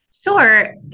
Sure